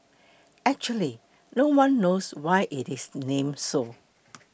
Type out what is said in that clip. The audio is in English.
actually no one knows why it is name so